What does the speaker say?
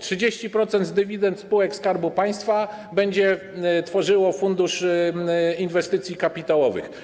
30% z dywidend spółek Skarbu Państwa będzie tworzyło Fundusz Inwestycji Kapitałowych.